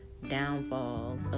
downfall